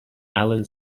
alan